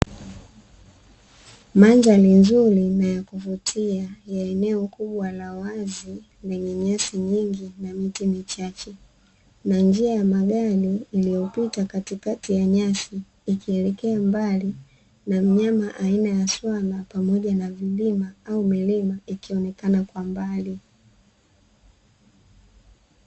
Mandhari nzuri na ya kuvutia ya eneo kubwa la wazi, lenye nyasi nyingi na miti michache, na njia ya magari iliyopita katikati ya nyasi ikielekea mbali, na mnyama aina ya swala pamoja na vilima au milima ikionekana kwa mbali.